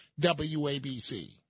WABC